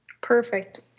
Perfect